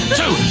two